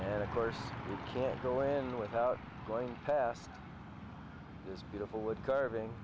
and of course go in without going past this beautiful wood carving